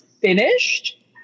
finished